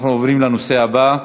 אנחנו עוברים לנושא הבא: